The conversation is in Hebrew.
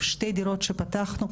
שתי דירות שפתחנו,